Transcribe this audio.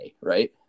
Right